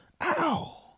ow